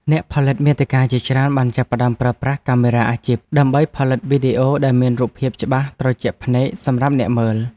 អ្នកផលិតមាតិកាជាច្រើនបានចាប់ផ្តើមប្រើប្រាស់កាមេរ៉ាអាជីព ដើម្បីផលិតវីដេអូដែលមានរូបភាពច្បាស់ត្រជាក់ភ្នែកសម្រាប់អ្នកមើល។